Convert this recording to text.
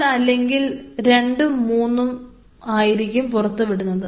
അവർ അല്ലെങ്കിൽ രണ്ടും മൂന്നും ആയിരിക്കും അതും പുറത്തുവിടുന്നത്